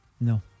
No